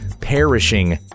perishing